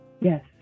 yes